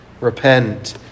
repent